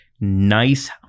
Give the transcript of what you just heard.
Nice